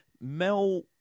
Mel